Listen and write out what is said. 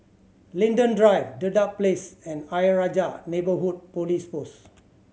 Linden Drive Dedap Place and Ayer Rajah Neighbourhood Police Post